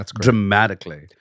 dramatically